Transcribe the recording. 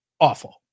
awful